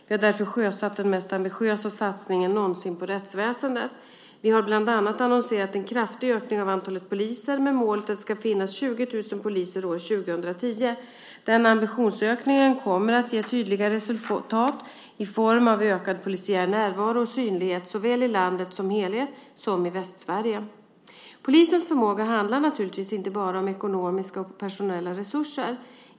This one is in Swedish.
Vi har därför sjösatt den mest ambitiösa satsningen någonsin på rättsväsendet. Vi har bland annat annonserat en kraftig ökning av antalet poliser med målet att det ska finnas 20 000 poliser år 2010. Denna ambitionsökning kommer att ge tydliga resultat i form av ökad polisiär närvaro och synlighet såväl i landet som helhet som i Västsverige. Polisens förmåga handlar naturligtvis inte bara om ekonomiska och personella resurser.